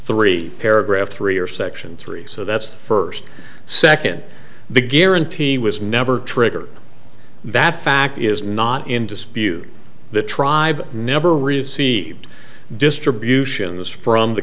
three paragraph three or section three so that's the first second the guarantee was never triggered that fact is not in dispute the tribe never received distributions from the